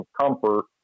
comfort